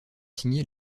signer